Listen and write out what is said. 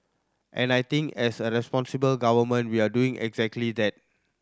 and I think as a responsible government we're doing exactly that